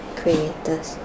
creators